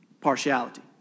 partiality